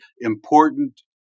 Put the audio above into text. important